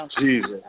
Jesus